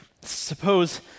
Suppose